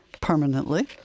permanently